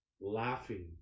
laughing